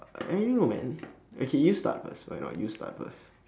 I don't know man okay you start first why not you start first